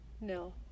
No